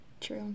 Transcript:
True